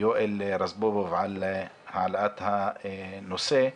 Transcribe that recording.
יואל רזבוזוב, על העלאת הנושא.